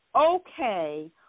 okay